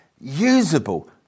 usable